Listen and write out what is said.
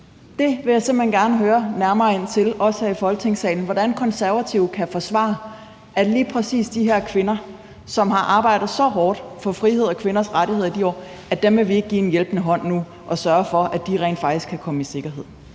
Det vil jeg simpelt hen gerne spørge nærmere ind til, også her i Folketingssalen, altså hvordan Konservative kan forsvare, at lige præcis de her kvinder, som har arbejdet så hårdt for frihed og kvinders rettigheder i de år, vil vi ikke række en hjælpende hånd nu og sørge for, at de rent faktisk kan komme i sikkerhed.